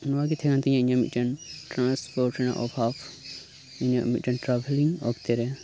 ᱱᱚᱶᱟ ᱜᱮ ᱛᱟᱦᱮᱸ ᱠᱟᱱ ᱛᱤᱧᱟ ᱤᱧᱟᱜ ᱢᱤᱫ ᱴᱮᱱ ᱴᱨᱟᱱᱥᱯᱷᱳᱴ ᱨᱮᱱᱟᱜ ᱚᱵᱷᱟᱵᱽ ᱤᱧᱟᱜ ᱢᱤᱫ ᱴᱮᱱ ᱴᱨᱟᱵᱷᱮᱞᱤᱝ ᱚᱠᱛᱮ ᱨᱮ